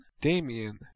Damien